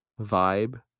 vibe